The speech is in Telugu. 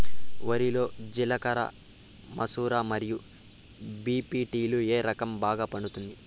వరి లో జిలకర మసూర మరియు బీ.పీ.టీ లు ఏ రకం బాగా పండుతుంది